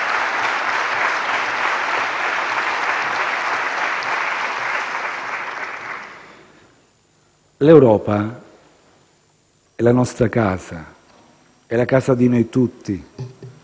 L'Europa è la nostra casa; è la casa di noi tutti.